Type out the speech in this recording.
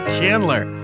Chandler